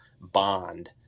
bond